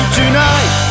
tonight